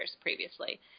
previously